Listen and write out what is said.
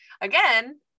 again